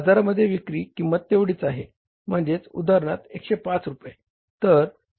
बाजारामध्ये विक्री किंमत तेवढीच आहे म्हणजे उदाहरणार्थ 105 रुपये